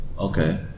okay